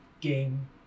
game